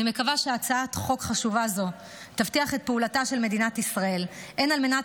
אני מקווה שהצעת חוק חשובה זו תבטיח את פעולתה של מדינת ישראל הן על מנת